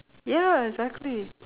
ya exactly